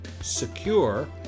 secure